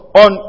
on